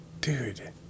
Dude